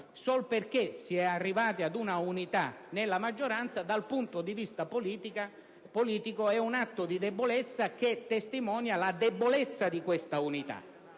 solo perché si è arrivati ad una unità nella maggioranza, dal punto di vista politico rappresenta un atto di debolezza, che testimonia, appunto, la debolezza di questa unità,